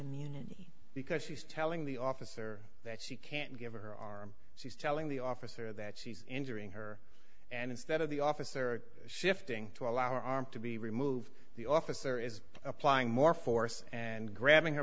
immunity because she's telling the officer that she can't give her arm she's telling the officer that she's injuring her and instead of the officer shifting to allow our arm to be removed the officer is applying more force and grabbing her